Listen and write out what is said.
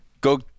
Go